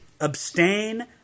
abstain